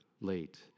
late